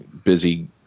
busy